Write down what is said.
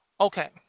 Okay